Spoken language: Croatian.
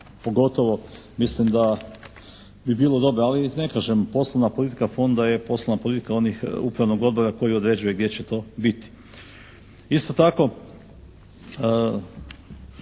pogotovo mislim da bi bilo dobro. Ali ne kažem, poslovna politika Fonda je poslovna politika onih upravnog odbora koji određuju gdje će to biti. Isto tako